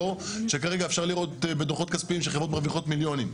לא שכרגע אפשר לראות בדוחות כספיים שחברות מרוויחות מיליונים.